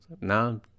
no